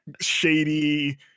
shady